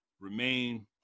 remain